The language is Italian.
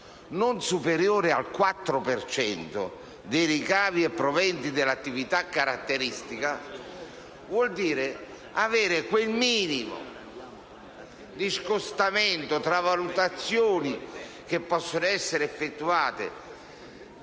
non superiore al 4 per cento dei ricavi e proventi dell'attività caratteristica». Ciò vuol dire avere quel minimo di scostamento tra valutazioni che possono essere effettuate